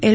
L